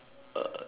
uh